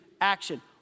action